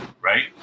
right